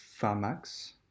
Pharmax